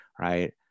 right